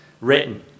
written